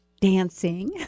Dancing